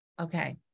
okay